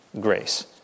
grace